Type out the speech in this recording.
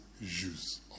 use